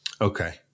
Okay